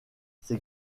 ces